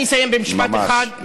אני אסיים במשפט אחד.